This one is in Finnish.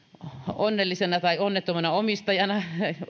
onnellisena tai onnettomana omistajana